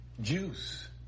juice